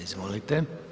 Izvolite.